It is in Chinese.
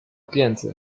电子